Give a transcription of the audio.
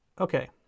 Okay